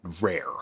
rare